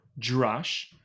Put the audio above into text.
drush